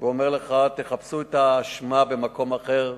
את ההאשמות, ואומר לך: תחפשו את האשמה במקום אחר,